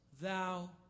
thou